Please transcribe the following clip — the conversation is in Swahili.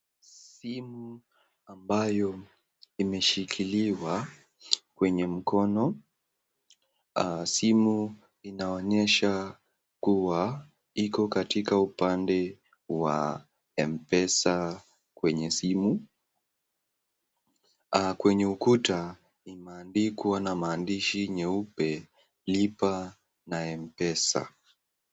Simu ambayo imeshikiliwa kwenye mkono, simu inaonyesha kuwa iko katika upande wa mpesa kwenye simu kwenye ukuta, imeandikwa na maandishi nyeupe Lipa na mpesa.